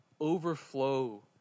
overflow